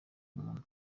umuntu